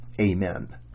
Amen